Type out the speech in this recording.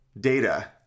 data